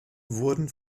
wurden